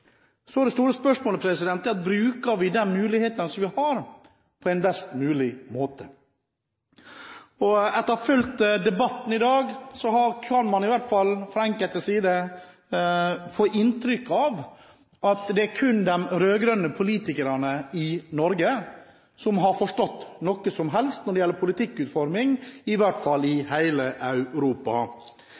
Så er det store spørsmålet: Bruker vi de mulighetene vi har, på en best mulig måte? Etter å ha fulgt debatten i dag kan man, i hvert fall fra enkeltes side, få inntrykk av at det kun er de rød-grønne politikerne i Norge som har forstått noe som helst når det gjelder politikkutforming, i hvert fall i hele Europa.